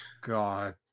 God